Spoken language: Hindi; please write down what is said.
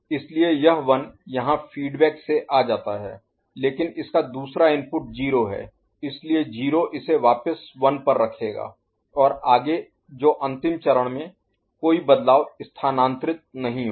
इसलिए यह 1 यहाँ फीडबैक से आ जाता है लेकिन इसका दूसरा इनपुट 0 है इसलिए 0 इसे वापस 1 पर रखेगा और आगे जो अंतिम चरण में कोई बदलाव स्थानांतरित नहीं होगा